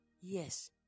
Yes